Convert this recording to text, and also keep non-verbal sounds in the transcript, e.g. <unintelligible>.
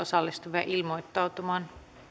<unintelligible> osallistuvia ilmoittautumaan